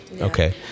Okay